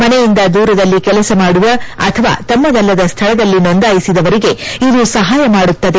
ಮನೆಯಿಂದ ದೂರದಲ್ಲಿ ಕೆಲಸ ಮಾಡುವ ಅಥವಾ ತಮ್ಮದಲ್ಲದ ಸ್ವಳದಲ್ಲಿ ನೋಂದಾಯಿಸಿದವರಿಗೆ ಇದು ಸಹಾಯ ಮಾಡುತ್ತದೆ